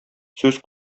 сүз